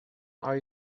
are